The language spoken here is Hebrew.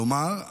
כלומר,